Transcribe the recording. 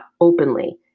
openly